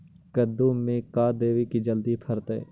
कददु मे का देबै की जल्दी फरतै?